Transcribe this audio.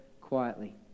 quietly